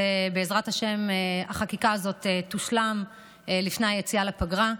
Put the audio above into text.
ובעזרת השם החקיקה הזאת תושלם לפני היציאה לפגרה.